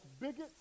bigots